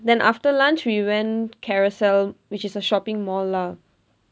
then after lunch we went carousel which is a shopping mall lah